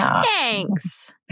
Thanks